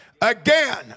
Again